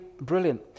brilliant